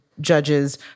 judges